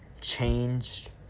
changed